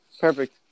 perfect